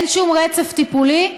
אין שום רצף טיפולי,